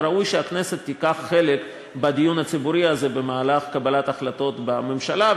וראוי שהכנסת תיקח חלק בדיון הציבורי הזה במהלך קבלת ההחלטות בממשלה.